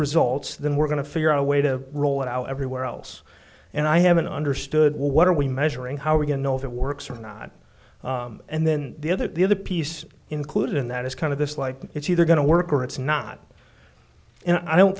results then we're going to figure out a way to roll it out everywhere else and i haven't understood well what are we measuring how we can know if it works or not and then the other the other piece included in that is kind of this like it's either going to work or it's not and i don't